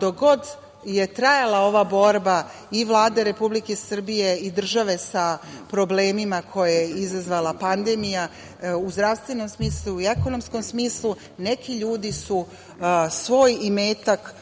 dok god je trajala ova borba i Vlade Republike Srbije i države sa problemima koje je izazvala pandemija, u zdravstvenom smislu i u ekonomskom smislu, neki ljudi su svoj imetak